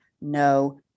no